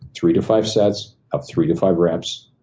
three to five sets of three to five reps.